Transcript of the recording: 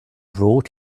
brought